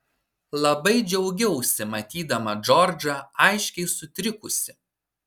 labai džiaugiausi matydama džordžą aiškiai sutrikusį